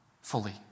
fully